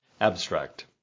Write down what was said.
Abstract